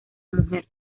mujer